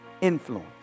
influence